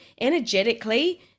energetically